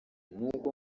nuko